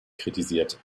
kritisiert